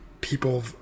People